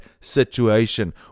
situation